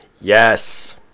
Yes